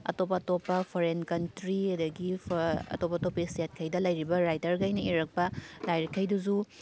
ꯑꯇꯣꯞ ꯑꯇꯣꯞꯄ foreign country ꯑꯗꯨꯗꯒꯤ ꯑꯇꯣꯞ ꯑꯇꯣꯞꯄ ꯏꯁꯇꯦꯠꯈꯩꯗ ꯂꯩꯔꯤꯕ ꯔꯥꯏꯇꯔꯈꯩꯅ ꯏꯔꯛꯄ ꯂꯥꯏꯔꯤꯛꯈꯩꯗꯨꯁꯨ